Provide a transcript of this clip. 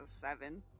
seven